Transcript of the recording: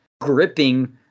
gripping